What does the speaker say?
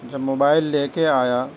جب موبائل لے کے آیا